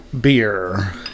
beer